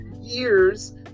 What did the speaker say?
years